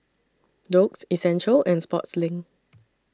Doux Essential and Sportslink